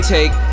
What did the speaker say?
Take